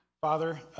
Father